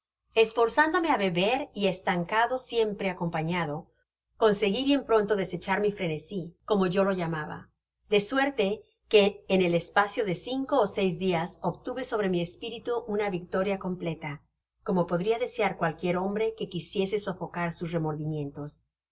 esforzándome á beber y estando siempre acompañado consegui bien pronto desechar mi frenesi como yo lo llamaba de suerte que en el espacio de cinco ó seis dias obtuve sobre mi espiritu una victoria completa como podria desear cualquier hombre que quisiese sofocar sus remordimientos